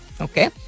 Okay